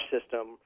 system